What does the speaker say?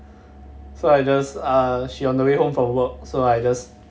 so I just ah she on the way home from work so I just